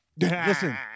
Listen